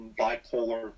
bipolar